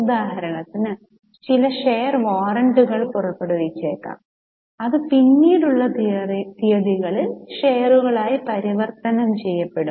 ഉദാഹരണത്തിന് ചില ഷെയർ വാറന്റുകൾ പുറപ്പെടുവിച്ചേക്കാം അത് പിന്നീടുള്ള തീയതിയിൽ ഷെയറുകളായി പരിവർത്തനം ചെയ്യപ്പെടും